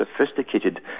sophisticated